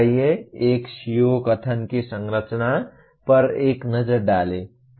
आइए एक CO कथन की संरचना पर एक नज़र डालें